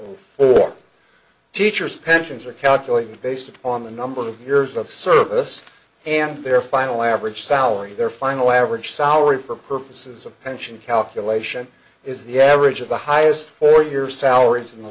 four for teachers pensions are calculated based on the number of years of service and their final average salary their final average salary for purposes of pension calculation is the average of the highest four year salaries in the